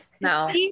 No